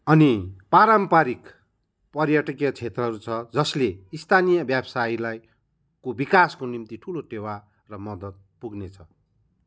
अनि पारम्पारिक पर्यटकिय क्षेत्रहरू छ जसले स्थानीय व्यवसायलाई को बिकासको निम्ति ठुलो टेवा र मदद पुग्नेछ